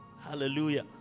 Hallelujah